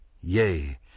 Yea